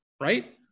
Right